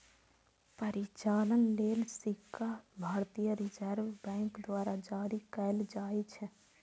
परिचालन लेल सिक्का भारतीय रिजर्व बैंक द्वारा जारी कैल जाइ छै